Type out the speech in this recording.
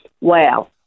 wow